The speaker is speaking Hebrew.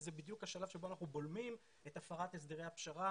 וזה בדיוק השלב שבו אנחנו בולמים את הפרת הסדרי הפשרה